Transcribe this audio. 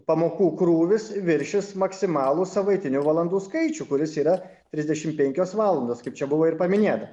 pamokų krūvis viršys maksimalų savaitinių valandų skaičių kuris yra trisdešim penkios valandos kaip čia buvo ir paminėta